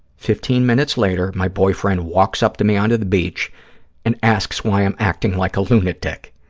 fifteen minutes later, my boyfriend walks up to me onto the beach and asks why i'm acting like a lunatic.